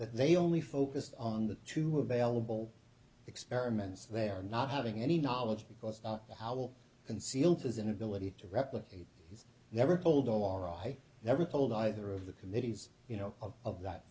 they only focused on the two of vailable experiments they're not having any knowledge because how will concealed his inability to replicate he's never told or i never told either of the committees you know of of that